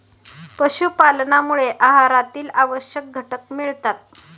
पशुपालनामुळे आहारातील आवश्यक घटक मिळतात